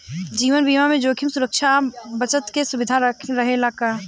जीवन बीमा में जोखिम सुरक्षा आ बचत के सुविधा रहेला का?